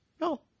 No